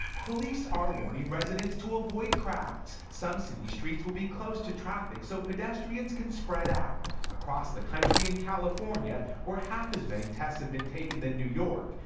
police are warning residents to avoid crowds some city streets will be closed to traffic so pedestrians can spread out across the country, in california, where half as many tests have been taken than new york,